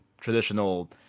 traditional